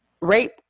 rape